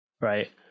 right